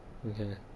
okay